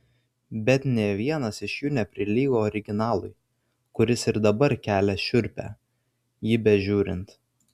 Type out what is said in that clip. bet nė vienas iš jų neprilygo originalui kuris ir dabar kelia šiurpią jį bežiūrint